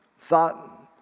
thought